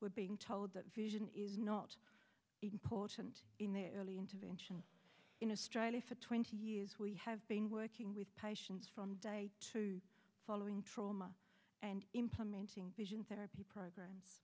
were being told that vision is not important in their early intervention in a strongly for twenty years we have been working with patients from day to following trauma and implementing vision therapy program